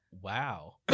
Wow